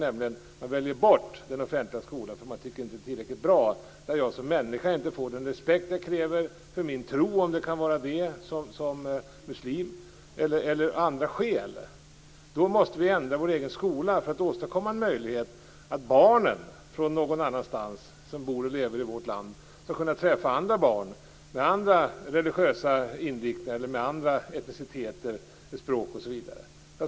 I de fallen väljer man bort den offentliga skolan därför att man inte tycker att den är tillräckligt bra och att man som människa inte får den respekt man kräver för sin tro, t.ex. för en muslim, eller av andra skäl. Vi måste för att skapa ett bra samhälle ändra vår egen skola. Då kan vi åstadkomma en möjlighet för de barn från någon annanstans ifrån som bor och lever i vårt land att kunna träffa andra barn med andra religiösa inriktningar eller etnocentriciteter, språk osv.